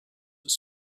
were